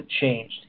changed